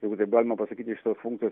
jeigu taip galima pasakyti šitos funkcijos